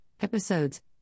Episodes